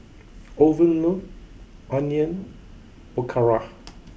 Owen loves Onion Pakora